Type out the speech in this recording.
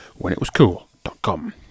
whenitwascool.com